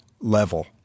level